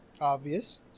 Obvious